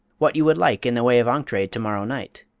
what you would like in the way of ongtray to-morrow night.